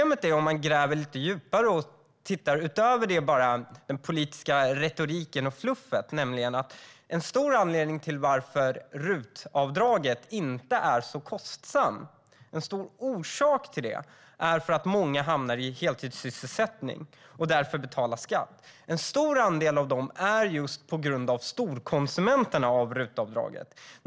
Men om man gräver lite djupare och tittar längre än bara på den politiska retoriken och fluffet ser man att en viktig anledning till att RUT-avdraget inte är så kostsamt är att det leder till att många får heltidssysselsättning och därför betalar skatt. En stor andel av dem får jobb på grund av dem som är storkonsumenter av RUT-avdraget.